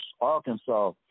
Arkansas